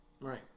Right